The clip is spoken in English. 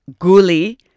Guli